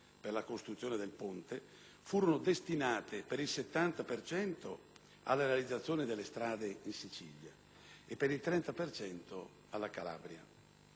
per la costruzione del ponte furono destinate per il 70 per cento alla realizzazione di strade in Sicilia e per il 30 per cento alla Calabria.